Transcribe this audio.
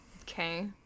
Okay